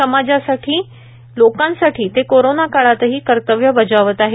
समाजासाठी लोकांसाठी ते कोरोना काळातही कर्तव्य बजावत आहेत